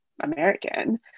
American